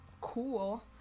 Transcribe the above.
cool